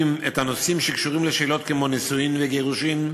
את הנושאים שקשורים לשאלות כמו נישואין וגירושין,